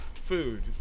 food